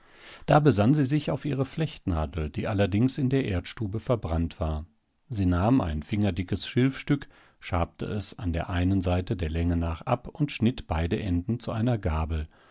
da besann sie sich auf ihre flechtnadel die allerdings in der erdstube verbrannt war sie nahm ein fingerdickes schilfstück schabte es an der einen seite der länge nach ab und schnitt beide enden zu einer gabel